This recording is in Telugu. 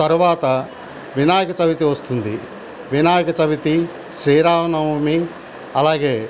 తర్వాత వినాయక చవితి వస్తుంది వినాయక చవితి శ్రీరామనవమి అలాగే